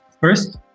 first